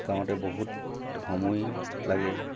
গাওঁতে বহুত সময় লাগে